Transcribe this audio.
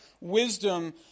wisdom